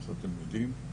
כפי שאתם יודעים.